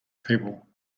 people